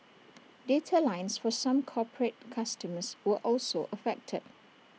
data lines for some corporate customers were also affected